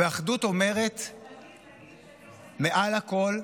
מעל הכול,